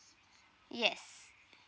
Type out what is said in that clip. yes